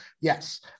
Yes